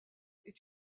est